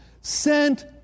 sent